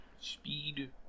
Speed